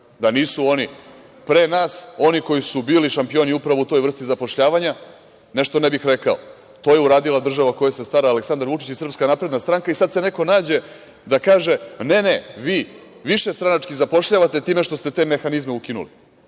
Da nisu oni pre nas, oni koji su bili šampioni upravo u toj vrsti zapošljavanja? Nešto ne bih rekao. To je uradila država o kojoj se stara Aleksandar Vučić i SNS i sada se neko nađe da kaže – ne, ne, vi višestranački zapošljavate time što ste te mehanizme ukinuli. Ajde